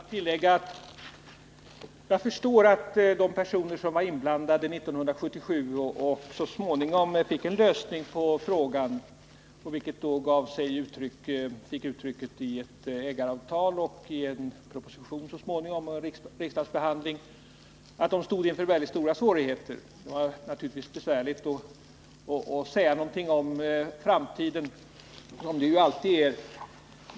Herr talman! Jag skall bara tillägga följande. Jag förstår att de personer som var inblandade 1977 och som så småningom fick till stånd en lösning av frågan — en lösning som tog sig uttryck i ett ägaravtal och efter hand i en proposition och en riksdagsbehandling — stod inför stora svårigheter. Det var naturligtvis särskilt besvärligt att säga någonting om framtiden för Datasaab.